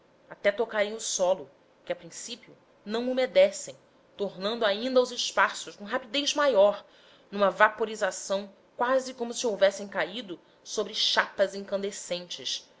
até tocarem o solo que a princípio não umedecem tornando ainda aos espaços com rapidez maior numa vaporização quase como se houvessem caído sobre chapas incandescentes